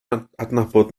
adnabod